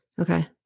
Okay